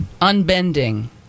unbending